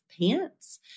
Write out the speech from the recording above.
pants